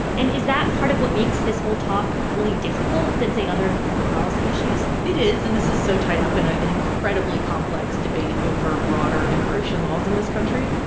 and is that part of what makes this whole talk really difficult than, say, other public policy issues? it is. and this is so tied up in ah an incredibly complex debate over broader immigration laws in this country.